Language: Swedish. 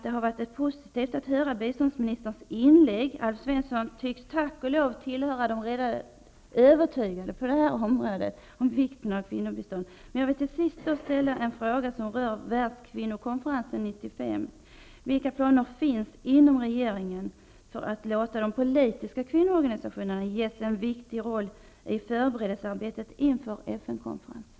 Det har varit positivt att höra biståndsministerns inlägg. Alf Svensson tycks tack och lov tillhöra dem som redan är övertygade om vikten av kvinnobistånd. Jag vill till sist ställa en fråga som rör världskvinnokonferensen 1995. Vilka planer finns inom regeringen att låta de politiska kvinnoorganisationerna spela en viktig roll i förberedelsearbetet inför FN-konferensen?